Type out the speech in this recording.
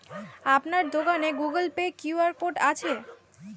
আপনার দোকানে Google Pay QR code আছে?